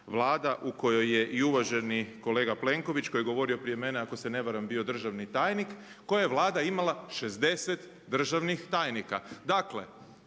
vlada u kojoj i uvaženi kolega Plenković koji je govorio prije mene, ako se ne varam bio državni tajnik koje Vlada imala 60 državnih tajnika.